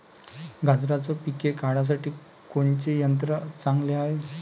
गांजराचं पिके काढासाठी कोनचे यंत्र चांगले हाय?